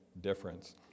difference